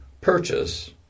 purchase